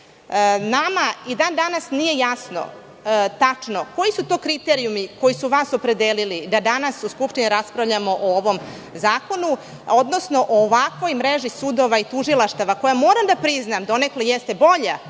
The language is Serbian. i dan danas nije jasno tačno koji su to kriterijumi koji su vlast opredelili da danas u Skupštini raspravljamo o ovom zakonu, odnosno o ovakvoj mreži sudova i tužilaštava koja, moram da priznam donekle jeste bolja